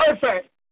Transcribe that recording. perfect